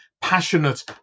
passionate